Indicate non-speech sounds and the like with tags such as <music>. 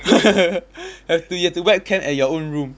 <laughs> have to you have to webcam at your own room